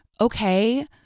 okay